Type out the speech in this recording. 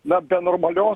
na be normalios